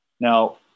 now